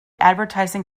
advertising